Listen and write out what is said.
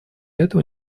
этого